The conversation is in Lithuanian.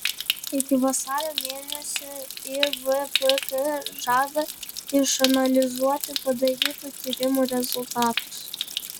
iki vasario mėnesio ivpk žada išanalizuoti padarytų tyrimų rezultatus